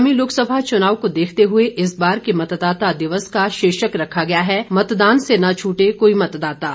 आगामी लोकसभा चुनाव को ध्यान में रखते हुए इस बार के मतदाता दिवस का शीर्षक रखा गया है मतदान से न छूटे कोई मतदाता